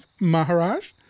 Maharaj